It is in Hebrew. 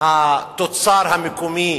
התוצר המקומי